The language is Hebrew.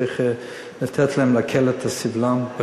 וצריך לתת להם להקל את סבלם.